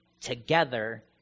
together